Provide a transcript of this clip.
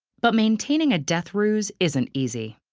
but maintaining a death ruse isn't easy.